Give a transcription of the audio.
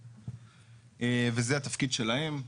זה התפקיד שלהם.